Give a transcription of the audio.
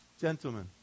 Gentlemen